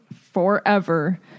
forever